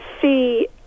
see